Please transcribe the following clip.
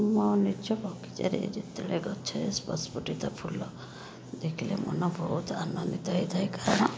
ମୋ ନିଜ ବଗିଚାରେ ଯେତେଳେ ଗଛରେ ସ୍ପଷଫୁଟିତ ଫୁଲ ଦେଖିଲେ ମନ ଭଉତୁ ଆନନ୍ଦିତ ହେଇଥାଏ କାରଣ